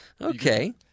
Okay